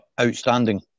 Outstanding